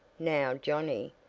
now johnnie,